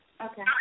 okay